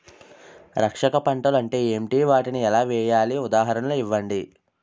రక్షక పంటలు అంటే ఏంటి? వాటిని ఎలా వేయాలి? ఉదాహరణలు ఇవ్వండి?